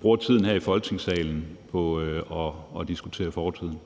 bruger tiden her i Folketingssalen på at diskutere fortiden.